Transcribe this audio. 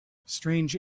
strange